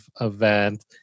event